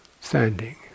standing